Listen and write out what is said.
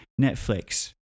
Netflix